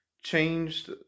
changed